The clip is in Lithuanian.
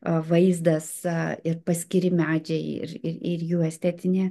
vaizdas e ir paskiri medžiai ir ir ir jų estetinė